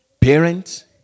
parents